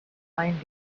finding